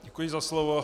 Děkuji za slovo.